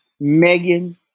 Megan